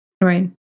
Right